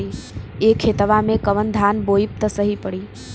ए खेतवा मे कवन धान बोइब त सही पड़ी?